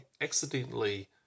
accidentally